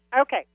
Okay